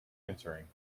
entering